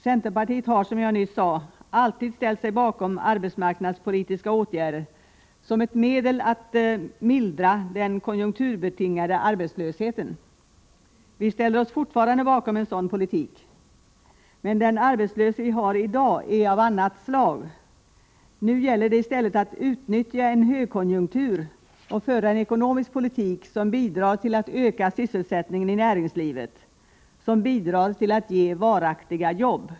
Centerpartiet har, som jag nyss sade, alltid ställt sig bakom arbetsmarknadspolitiska åtgärder som ett medel att mildra den konjunkturbetingade arbetslösheten. Vi ställer oss fortfarande bakom en sådan politik. Men den arbetslöshet vi har i dag är av ett annat slag. Nu gäller det i stället att utnyttja en högkonjunktur och föra en ekonomisk politik som bidrar till att öka sysselsättningen i näringslivet, som bidrar till att ge varaktiga jobb.